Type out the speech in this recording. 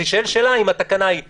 ותישאל שאלה אם התקנה היא חכמה,